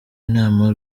inama